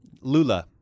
Lula